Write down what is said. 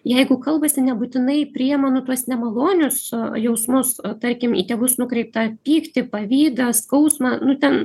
jeigu kalbasi nebūtinai priėma nu tuos nemalonius jausmus tarkim į tėvus nukreiptą pyktį pavydą skausmą nu ten